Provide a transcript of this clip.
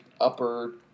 upper